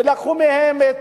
ולקחו מהם את